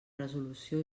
resolució